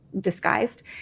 disguised